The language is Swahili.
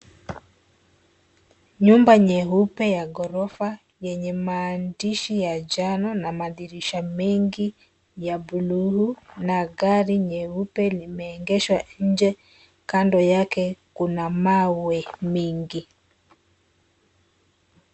Nyumba nyeupe ya ghorofa yenye maandishi ya njano na madirisha mengi ya bluu na gari nyeupe limeegeshwa nje, kando yake kuna mawe mingi.